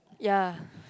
ya